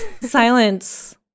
silence